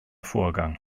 vorgang